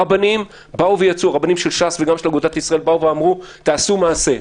הרבנים של ש"ס ושל אגודת ישראל באו ואמרו: תעשו מעשה.